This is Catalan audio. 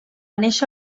néixer